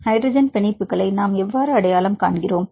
hydrogen பிணைப்புகளை நாம் எவ்வாறு அடையாளம் காண்கிறோம்